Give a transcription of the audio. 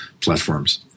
platforms